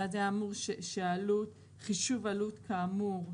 ואז היה כתוב "חישוב עלות כאמור"